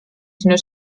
sinu